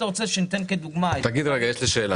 יש לי שאלה.